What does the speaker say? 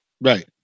Right